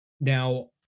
Now